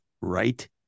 right